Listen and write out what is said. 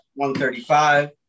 135